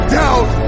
doubt